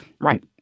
Right